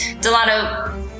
Delano